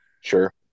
Sure